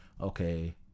okay